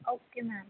okay ma'am